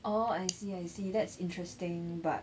oh I see I see that's interesting but